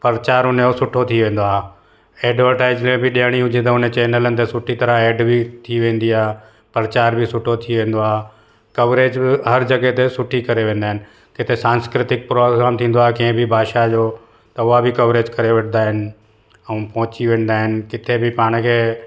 परचार हुनजो सुठो थी वेंदो आहे एडवर्टाइज़मैंट ॾियणी हुजे त हुन चैनलनि ते सुठी तरह एड बि थी वेंदी आहे परचार बि सुठो थी वेंदो आहे कवरेज बि हर जगहि ते सुठी करे वेंदा आहिनि किथे सांस्क्रतिक प्रोग्राम थींदो आहे कंहिं बि भाषा जो त उहा बि कवरेज करे वठंदा आहिनि ऐं पहुंची वेंदा आहिनि किथे बि पाण खे